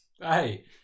Hey